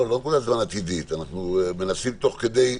לא נקודת זמן עתידית, אנחנו מנסים תוך כדי,